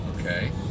Okay